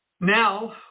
Now